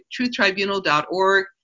truthtribunal.org